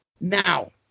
Now